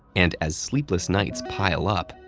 and as sleepless nights pile up,